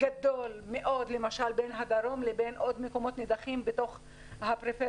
גדול מאוד למשל בין הדרום לבין עוד מקומות נידחים בתוך הפריפריה